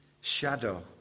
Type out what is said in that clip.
shadow